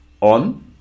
on